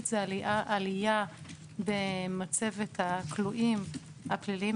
משמעותית זאת עלייה במצבת הכלואים הפליליים,